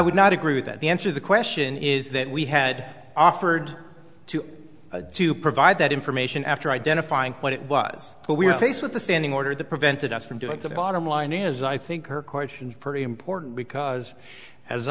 would not agree with that the answer the question is that we had offered to to provide that information after identifying what it was but we were faced with a standing order that prevented us from doing so the bottom line is i think her question pretty important because as